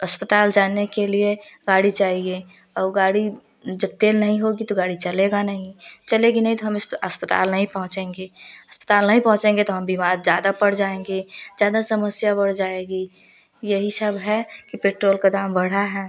अस्पताल जाने के लिए गाड़ी चाहिए और गाड़ी जब तेल नहीं होगी तो गाड़ी चलेगा नहीं चलेगी नहीं तो हम इसपे अस्पताल नहीं पहुँचेगे अस्पताल नहीं पहुँचेगे तो हम बीमार ज़्यादा पड़ जाएंगे ज़्यादा समस्या बढ़ जाएगी यही सब है कि पेट्रोल का दाम बढ़ा है